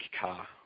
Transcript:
car